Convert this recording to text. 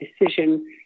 decision